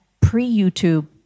pre-YouTube